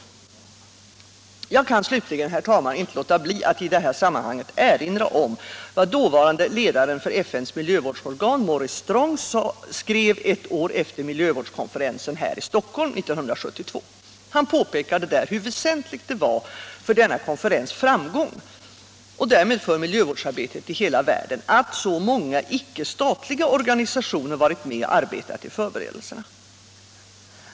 Slutligen kan jag, herr talman, inte låta bli att i detta sammanhang erinra om vad dåvarande ledaren för FN:s miljövårdsorgan, Maurice Strong, skrev ett år efter miljövårdskonferensen här i Stockholm 1972. Han påpekade hur väsentligt det var för framgången med denna konferens, och därmed för miljövårdsarbetet i hela världen, att så många icke-statliga organisationer varit med och arbetat i förberedelserna.